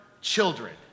children